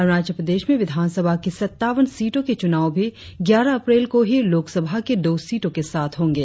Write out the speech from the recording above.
अरुणाचल प्रदेश में विधानसभा की सत्तावन सीटों के चूनाव भी ग्यारह अप्रैल को ही लोकसभा की दो सीटो के साथ होंगे